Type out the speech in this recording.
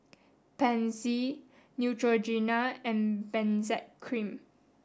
Pansy Neutrogena and Benzac cream